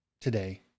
today